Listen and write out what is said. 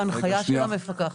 בהנחיה של המפקחת.